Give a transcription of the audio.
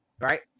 right